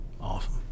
awesome